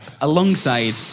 alongside